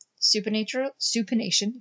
supination